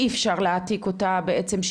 אי אפשר להעתיק אותה בעצם,